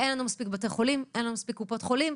אין לנו מספיק בתי חולים וקופות חולים.